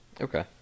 Okay